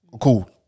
cool